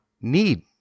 need